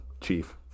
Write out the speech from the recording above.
chief